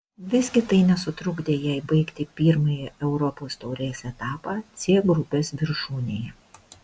visgi tai nesutrukdė jai baigti pirmąjį europos taurės etapą c grupės viršūnėje